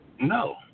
No